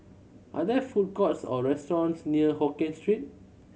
are there food courts or restaurants near Hokkien Street